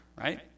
right